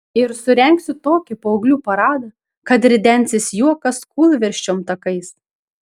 ir surengsiu tokį paauglių paradą kad ridensis juokas kūlversčiom takais